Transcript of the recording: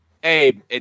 Hey